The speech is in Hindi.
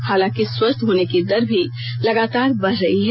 हालांकि स्वस्थ होने की दर भी लगातार बढ़ रही है